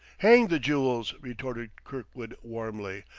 hang the jewels! retorted kirkwood warmly.